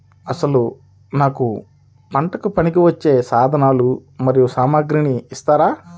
అసలు నాకు పంటకు పనికివచ్చే సాధనాలు మరియు సామగ్రిని ఇస్తారా?